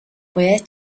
باید